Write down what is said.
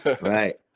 right